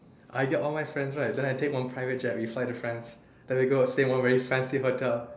I get all my friends right then I take one private jet we fly to France then we go stay one very fancy hotel